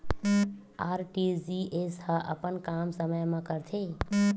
RTGS ह अपन काम समय मा करथे?